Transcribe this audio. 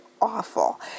awful